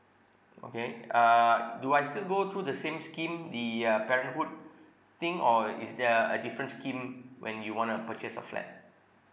okay uh do I still go through the same scheme the uh parenthood thing or is there a different scheme when you want to purchase a flat